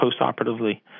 postoperatively